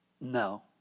No